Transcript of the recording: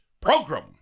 program